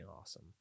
awesome